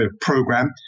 program